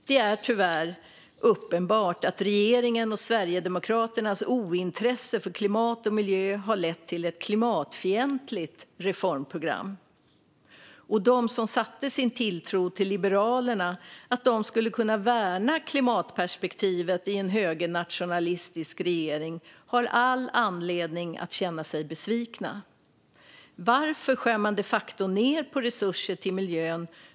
Det är tyvärr uppenbart att regeringens och Sverigedemokraternas ointresse för klimat och miljö har lett till ett klimatfientligt reformprogram. De som satte sin tilltro till Liberalerna och hoppades att de skulle kunna värna klimatperspektivet i en högernationalistisk regering har all anledning att känna sig besvikna. Varför skär man de facto ned på resurser till miljön?